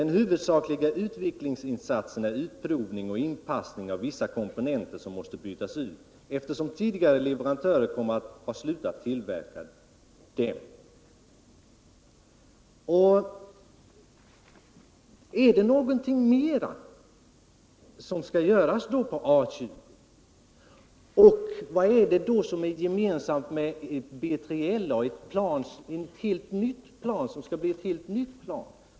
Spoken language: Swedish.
Den huvudsakliga utvecklingsinsatsen är utprovning och inpassning av vissa komponenter som måste bytas ut, eftersom tidigare leverantörer kommer att ha slutat att tillverka dem.” Är det mer som skall göras på A 20? Och vad är det då som är gemensamt med BILA. som skall bli ett helt nytt plan?